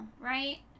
right